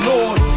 Lord